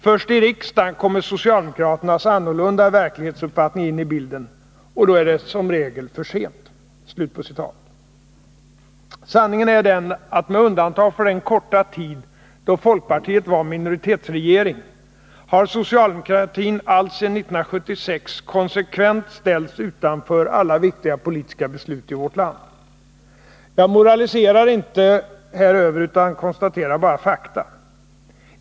Först i riksdagen kommer socialdemokraternas annorlunda verklighetsuppfattning in i bilden — och då är det som regel för sent.” Sanningen är den att med undantag för den korta tid då folkpartiet var minoritetsregering har socialdemokratin alltsedan 1976 konsekvent ställts utanför alla viktiga politiska beslut i vårt land. Jag moraliserar inte häröver utan konstaterar bara fakta.